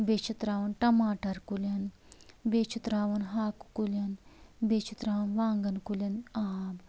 بیٚیہِ چھِ ترٛاوان ٹماٹر کُلین بیٚیہِ چھِ ترٛاوان ہاکہِ کُلین بیٚیہِ چھِ ترٛاوان وانٛگن کُلین آب